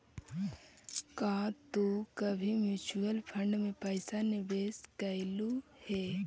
का तू कभी म्यूचुअल फंड में पैसा निवेश कइलू हे